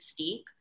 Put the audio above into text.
mystique